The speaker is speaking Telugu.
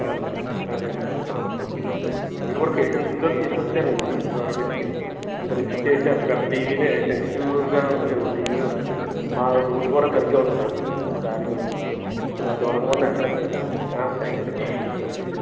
అవునండి అదే అదే మా మీరు కూడా పేషెన్స్తో తీసుకొచ్చారండి మాకు అంత దూరం నుంచి అంత రిస్క్ చేసి అంత పెద్ద టీవీనే సెన్సిటివ్గా ఉంటుంది కదండి టీవీ కూడా మా రూట్ కూడా సరిగ్గా ఉండదు దారి కూడా ఆ దూరంగా ఉన్న అడ్రస్ ఆ థ్యాంక్స్ అండి థంక్యూ సో మచ్